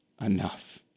enough